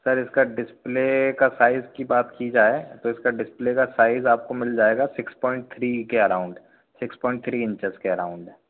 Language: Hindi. सर इसका डिस्प्ले का साइज़ की बात की जाए तो सर डिस्प्ले का साइज़ आपको मिल जाएगा सिक्स पॉइंट थ्री के around six point three inches के अराउंड